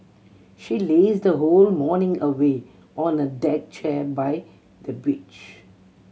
she lazed whole morning away on a deck chair by the beach